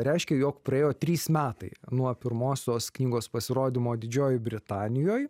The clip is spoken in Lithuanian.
reiškia jog praėjo trys metai nuo pirmosios knygos pasirodymo didžiojoj britanijoje